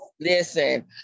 Listen